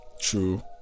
true